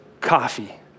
coffee